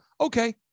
okay